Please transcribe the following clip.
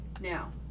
Now